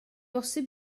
bosib